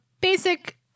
basic